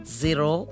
zero